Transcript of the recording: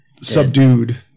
subdued